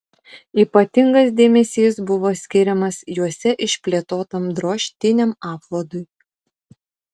ypatingas dėmesys buvo skiriamas juose išplėtotam drožtiniam apvadui